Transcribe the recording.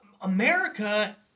America